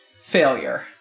failure